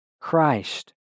Christ